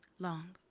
long.